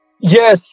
yes